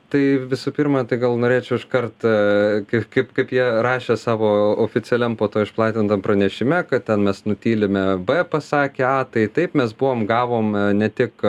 tai visų pirma tai gal norėčiau aš kartą kai kaip kaip jie rašė savo oficialiam po to išplatintam pranešime kad ten mes nutylime b pasakę a tai taip mes buvom gavom ne tik